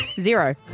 Zero